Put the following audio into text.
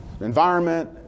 environment